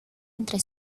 entre